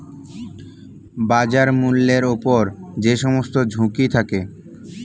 বাজার মূল্যের উপর যে সমস্ত ঝুঁকি থাকে